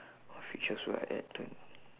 what features would I add to